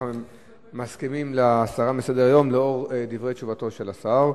מסכימים להסרה מסדר-היום לאור תשובתו של השר.